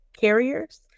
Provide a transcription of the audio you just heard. carriers